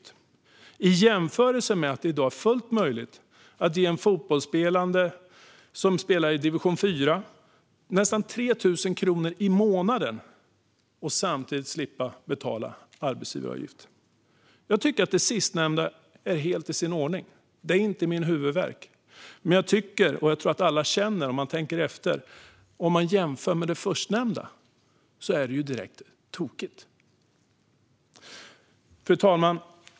Det ska ses i jämförelse med att det i dag är fullt möjligt att ge en fotbollsspelare som spelar i division 4 nästan 3 000 kronor i månaden och samtidigt slippa att betala arbetsgivaravgift. Jag tycker att det sistnämnda är helt i sin ordning. Det är inte min huvudvärk. Men jag tror att alla känner, om man tänker efter, att om man jämför med det förstnämnda är det direkt tokigt. Fru talman!